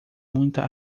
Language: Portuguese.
muita